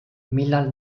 millal